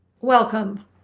Welcome